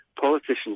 politicians